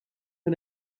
for